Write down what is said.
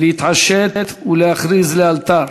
גיסא להתעשת ולהכריז לאלתר